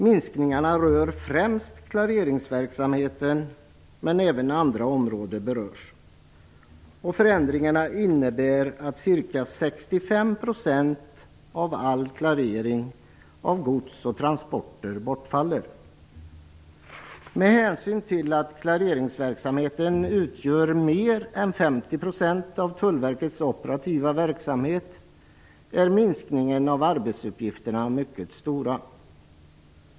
Minskningarna rör främst klareringsverksamheten, men även andra områden berörs. Förändringarna innebär att ca 65 % av all klarering av gods och transporter bortfaller. Med hänsyn till att klareringsverksamheten utgör mer än 50 % av Tullverkets operativa verksamhet är minskningen av arbetsuppgifterna mycket stora.